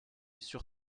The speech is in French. sur